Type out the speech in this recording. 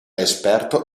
esperto